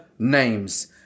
names